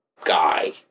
guy